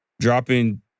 dropping